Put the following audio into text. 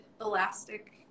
elastic